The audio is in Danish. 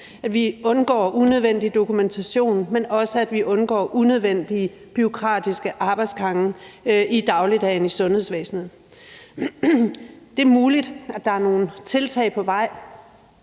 at vi undgår unødvendig dokumentation, men at vi også undgår unødvendige bureaukratiske arbejdsgange i dagligdagen i sundhedsvæsenet. Det er muligt, at der er nogle tiltag på vej.